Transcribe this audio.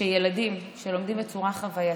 שילדים שלומדים בצורה חווייתיות,